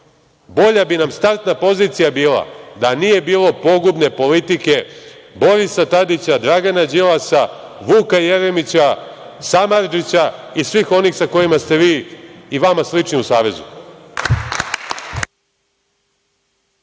bolja bi nam startna pozicija bila da nije bilo pogubne politike Borisa Tadića, Dragana Đilasa, Vuka Jeremića, Samardžića i svih onih sa kojima ste vi i vama slični u savezu.